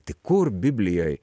tik kur biblijoj